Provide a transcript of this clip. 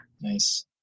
Nice